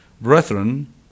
Brethren